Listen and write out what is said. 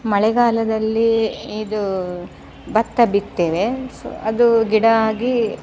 ಮಳೆಗಾಲದಲ್ಲಿ ಇದು ಭತ್ತ ಬಿತ್ತೇವೆ ಸೊ ಅದು ಗಿಡ ಆಗಿ